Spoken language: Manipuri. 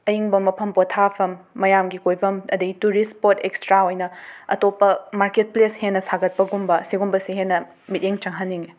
ꯑꯌꯤꯡꯕ ꯃꯐꯝ ꯄꯣꯊꯥꯐꯝ ꯃꯌꯥꯝꯒꯤ ꯀꯣꯏꯐꯝ ꯑꯗꯩ ꯇꯨꯔꯤꯁ ꯁ꯭ꯄꯣꯠ ꯑꯦꯛꯁꯇ꯭ꯔꯥ ꯑꯣꯏꯅ ꯑꯇꯣꯞꯄ ꯃꯥꯔꯀꯦꯠ ꯄ꯭ꯂꯦꯁ ꯍꯦꯟꯅ ꯁꯥꯒꯠꯄꯒꯨꯝꯕ ꯁꯤꯒꯨꯝꯕꯁꯦ ꯍꯦꯟꯅ ꯃꯤꯠꯌꯦꯡ ꯆꯪꯍꯟꯅꯤꯡꯉꯤ